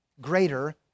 greater